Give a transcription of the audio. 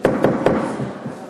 תודה, אדוני